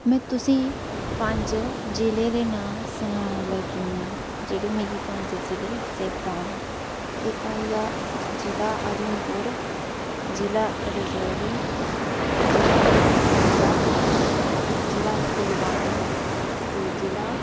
में तु'सेंई पंज जि'लें दे नांऽ सनान लगी आं जेह्ड़े मिगी पंज जि'ले चेता न इक आई आ जिला उधमपुर जिला रजौरी ज़िला सांबा जिला पुलवामा ते जिला